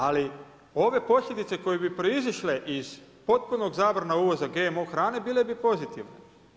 Ali ove posljedice koje bi proizišle iz potpune zabrane uvoza GMO hrane bile bi pozitivne.